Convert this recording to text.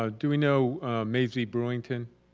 um do we know mazie brewington,